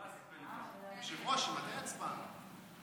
היושב-ראש, מתי הצבעה?